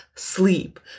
sleep